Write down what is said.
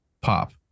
pop